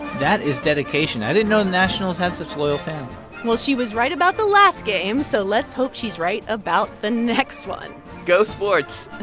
that is dedication. i didn't know the nationals had such loyal fans well, she was right about the last game, so let's hope she's right about the next one go sports